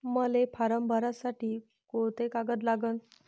मले फारम भरासाठी कोंते कागद लागन?